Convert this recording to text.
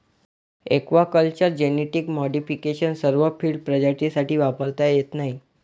aquaculture genetic modification सर्व field प्रजातींसाठी वापरता येत नाही